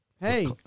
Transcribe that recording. Hey